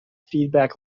feedback